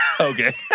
Okay